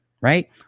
right